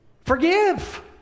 Forgive